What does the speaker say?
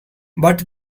but